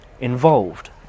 involved